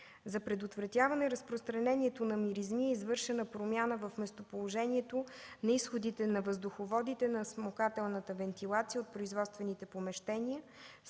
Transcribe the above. За предотвратяване разпространението на миризми е извършена промяна в местоположението на изходите на въздуховодите на смукателната вентилация от производствените помещения